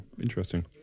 interesting